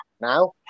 now